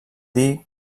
dir